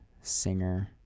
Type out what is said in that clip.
singer